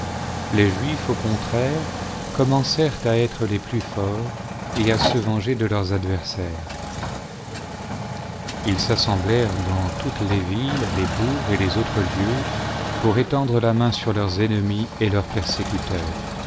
les juifs au contraire commencèrent à être les plus forts et à se venger de leurs adversaires ils s'assemblèrent dans toutes les villes les bourgs et les autres lieux pour étendre la main sur leurs ennemis et leurs persécuteurs